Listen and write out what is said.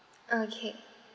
okay